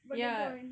burger joint